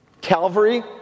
Calvary